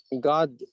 God